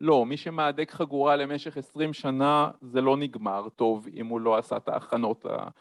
‫לא, מי שמהדק חגורה למשך 20 שנה, ‫זה לא נגמר טוב אם הוא לא עשה ת'הכנות ה